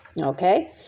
Okay